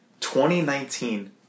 2019